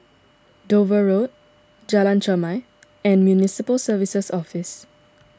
Dover Road Jalan Chermai and Municipal Services Office